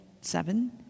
Seven